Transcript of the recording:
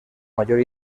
mayor